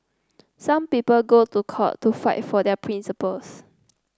some people go to court to fight for their principles